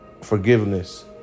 forgiveness